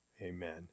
Amen